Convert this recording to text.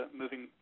moving